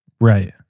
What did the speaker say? Right